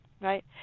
right